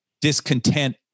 discontent